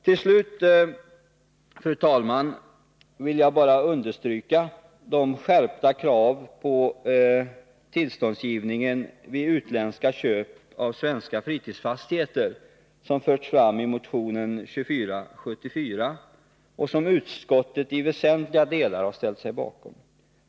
Till slut, fru talman, vill jag bara understryka vikten av de skärpta krav på tillståndsgivningen när det gäller utländska köp av svenska fritidsfastigheter som har förts fram i motion 2474 och som utskottet i väsentliga delar har ställt sig bakom.